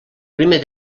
primer